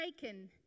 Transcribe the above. taken